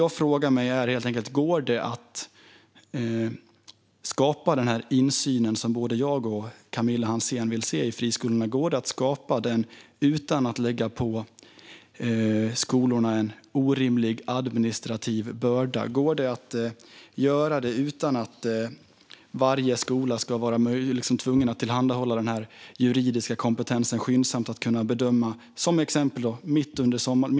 Går det att skapa den insyn i friskolorna som både jag och Camilla Hansén vill se utan att lägga en orimlig administrativ börda på skolorna? Går det att göra utan att varje skola ska vara tvungen att skyndsamt tillhandahålla den juridiska kompetensen för att göra bedömningen?